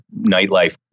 nightlife